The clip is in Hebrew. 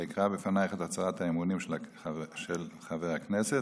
אקרא בפנייך את הצהרת האמונים של חבר הכנסת,